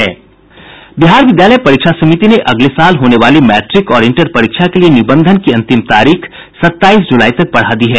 बिहार विद्यालय परीक्षा समिति ने अगले साल होने वाली मैट्रिक और इंटर परीक्षा के लिए निबंधन की अंतिम तारीख सत्ताईस जुलाई तक बढ़ा दी है